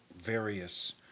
various